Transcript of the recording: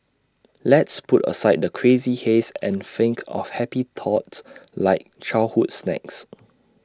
let's put aside the crazy haze and think of happy thoughts like childhood snacks